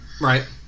Right